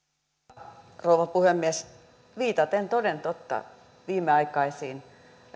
arvoisa rouva puhemies viitaten toden totta viimeaikaisiin